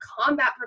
combat